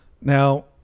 Now